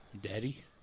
Daddy